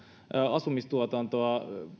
asumistuotantoa